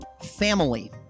Family